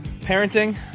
parenting